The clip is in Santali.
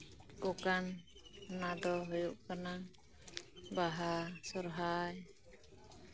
ᱚᱱ ᱠᱟᱱᱟᱜ ᱫᱚ ᱦᱳᱭᱳᱜ ᱠᱟᱱᱟ ᱵᱟᱦᱟ ᱥᱚᱦᱨᱟᱭ